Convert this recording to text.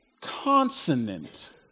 consonant